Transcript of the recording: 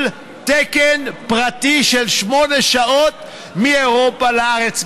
תקן פרטי של שמונה שעות מאירופה לארץ?